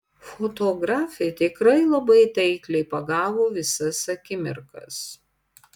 fotografė tikrai labai taikliai pagavo visas akimirkas